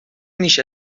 نیشت